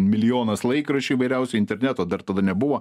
milijonas laikraščių įvairiausių interneto dar tada nebuvo